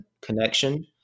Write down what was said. connection